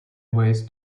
ways